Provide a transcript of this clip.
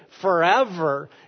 forever